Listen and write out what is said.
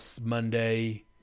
Monday